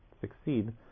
succeed